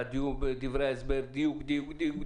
גם לא היה דיון של הוועדה ביום חמישי.